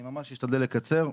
אני ממש אשתדל לקצר.